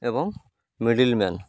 ଏବଂ middle man